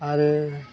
आरो